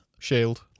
Shield